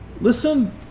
listen